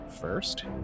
first